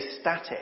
static